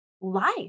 life